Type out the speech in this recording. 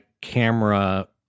camera